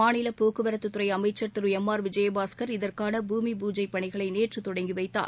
மாநில போக்குவரத்துத்துறை அமைச்ச் திரு எம் ஆர் விஜயபாஸ்கர் இதற்கான பூமி பூஜை பணிகளை நேற்று தொடங்கி வைத்தார்